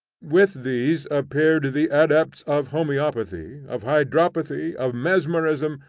with these appeared the adepts of homoeopathy, of hydropathy, of mesmerism,